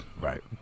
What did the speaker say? Right